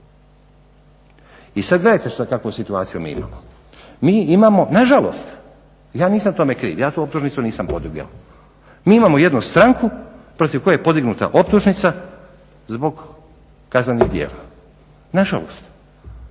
I sad gledajte kakvu situaciju mi imamo. Mi imamo, nažalost i ja nisam tome kriv, ja tu optužnicu nisam podnio, mi imamo jednu stranku protiv koje je podignuta optužnica zbog kaznenih prijava, nažalost.